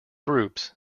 groups